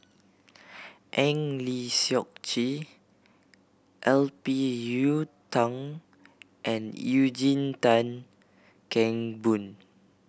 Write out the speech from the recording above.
Eng Lee Seok Chee L P Yiu Tung and Eugene Tan Kheng Boon